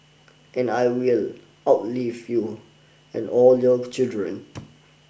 and I will outlive you and all your children